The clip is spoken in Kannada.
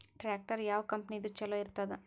ಟ್ಟ್ರ್ಯಾಕ್ಟರ್ ಯಾವ ಕಂಪನಿದು ಚಲೋ ಇರತದ?